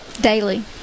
daily